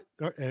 right